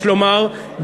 יש לומר,